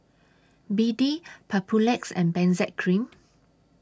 B D Papulex and Benzac Cream